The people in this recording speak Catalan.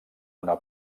una